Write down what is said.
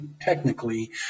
Technically